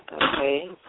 Okay